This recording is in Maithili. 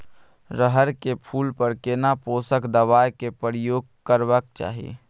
रहर के फूल पर केना पोषक दबाय के प्रयोग करबाक चाही?